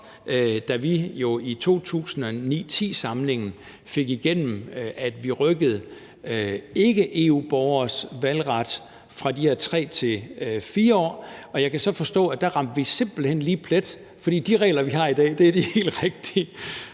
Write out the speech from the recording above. da vi i folketingssamlingen 2009-10 fik igennem, at vi rykkede karensperioden for ikke-EU-borgeres valgret fra 3 år til 4 år. Jeg kan så forstå, at der ramte vi simpelt hen lige plet, fordi de regler, vi har i dag, er de helt rigtige,